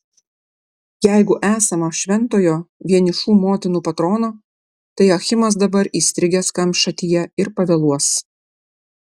jeigu esama šventojo vienišų motinų patrono tai achimas dabar įstrigęs kamšatyje ir pavėluos